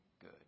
good